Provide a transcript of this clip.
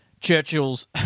Churchill's